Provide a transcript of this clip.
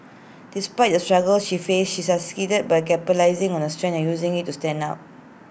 despite the struggles she faced she succeeded by capitalising on her strengths and using IT to stand out